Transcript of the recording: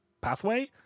pathway